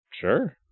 Sure